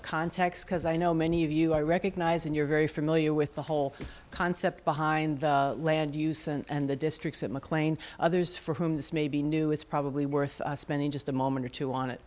a context because i know many of you i recognize and you're very familiar with the whole concept behind land use and the districts at mclean others for whom this may be new it's probably worth spending just a moment or two on it